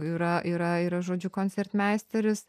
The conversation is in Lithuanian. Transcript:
yra yra yra žodžiu koncertmeisteris